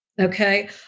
Okay